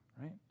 right